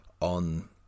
on